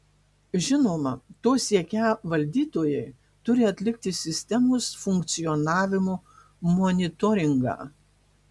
žinoma to siekią valdytojai turi atlikti sistemos funkcionavimo monitoringą